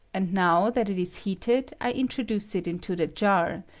and now that it is heated i introduce it into the jar,